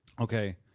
okay